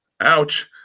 Ouch